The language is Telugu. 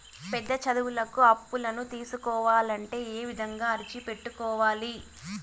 పెద్ద చదువులకు అప్పులను తీసుకోవాలంటే ఏ విధంగా అర్జీ పెట్టుకోవాలి?